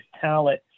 talent